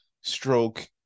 stroke